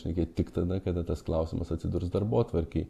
šnekėt tik tada kada tas klausimas atsidurs darbotvarkėj